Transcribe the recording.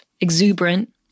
exuberant